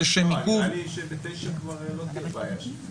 בוודאי היא תעשה את כל המאמצים כדי להביא את המידע הזה בפניה.